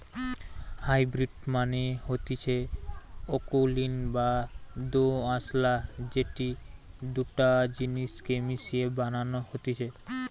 hybrid মানে হতিছে অকুলীন বা দোআঁশলা যেটি দুটা জিনিস কে মিশিয়ে বানানো হতিছে